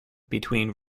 between